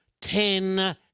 ten